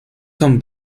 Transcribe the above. son